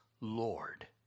Lord